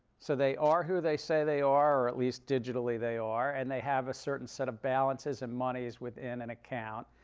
so they are who they say they are, or at least digitally they are, and they have a certain set of balances and monies within an account.